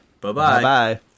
Bye-bye